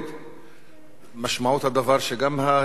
משמעות הדבר היא שגם ההסתייגות של השר יורדת?